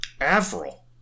Avril